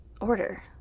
order